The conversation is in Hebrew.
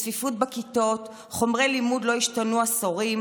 יש צפיפות בכיתות, חומרי לימוד לא השתנו עשורים,